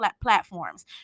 platforms